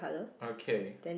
okay